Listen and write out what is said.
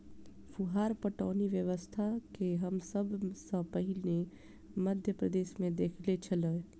फुहार पटौनी व्यवस्था के हम सभ सॅ पहिने मध्य प्रदेशमे देखने छलौं